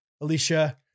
Alicia